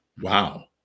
Wow